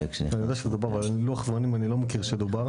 אני יודע שזה דובר, לוח זמנים אני לא מכיר שדובר.